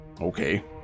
Okay